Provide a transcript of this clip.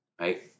right